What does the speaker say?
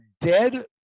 dead